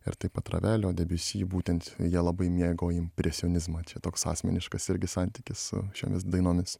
ir taip pat ravelio debiusi būtent jie labai mėgo impresionizmą čia toks asmeniškas irgi santykis su šiomis dainomis